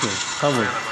בכבוד.